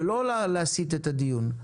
ולא להסיט את הדיון.